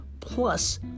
plus